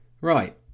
Right